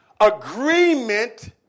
agreement